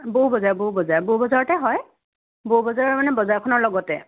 বৌ বজাৰ বৌ বজাৰ বৌ বজাৰতে হয় বৌ বজাৰৰ মানে বজাৰখনৰ লগতে